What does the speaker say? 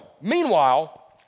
Meanwhile